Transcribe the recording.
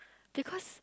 because